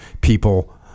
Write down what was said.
people